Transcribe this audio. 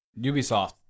Ubisoft